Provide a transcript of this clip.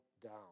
down